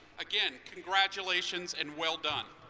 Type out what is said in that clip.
again, congratulations! and well done!